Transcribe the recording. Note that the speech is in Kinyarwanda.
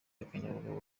akanyabugabo